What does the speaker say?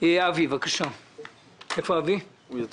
אבי ניסנקורן יצא.